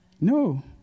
No